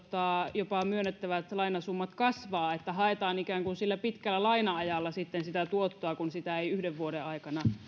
jopa myönnettävät lainasummat kasvavat että haetaan ikään kuin sillä laina ajalla sitten sitä tuottoa kun sitä ei yhden vuoden aikana